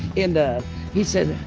and he said,